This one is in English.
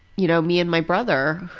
you know, me and my brother,